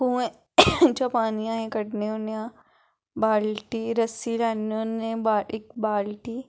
कुएं चा पानी ऐहीं कड्ढने होने आ बाल्टी रस्सी लैने होने इक बाल्टी